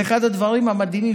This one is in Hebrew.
זה אחד הדברים המדהימים.